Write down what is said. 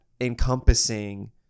encompassing